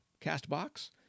CastBox